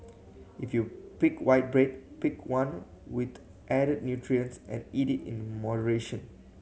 if you pick white bread pick one with added nutrients and eat it in moderation